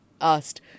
asked